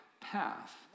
path